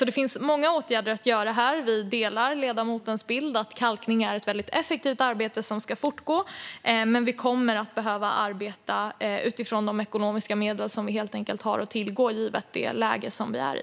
Det finns alltså många åtgärder att vidta här. Vi delar ledamotens bild att kalkning är ett väldigt effektivt arbete som ska fortgå, men vi kommer helt enkelt att behöva arbeta utifrån de ekonomiska medel vi har att tillgå givet det läge vi är i.